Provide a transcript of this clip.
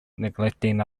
neglecting